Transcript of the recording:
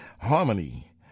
Harmony